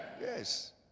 Yes